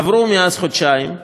עברו מאז חודשיים,